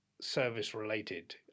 service-related